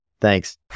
Thanks